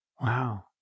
wow